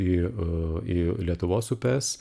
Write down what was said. į į lietuvos upes